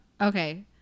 Okay